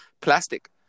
plastic